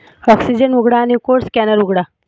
oxygen उघडा आणि code स्कॅनल उघडा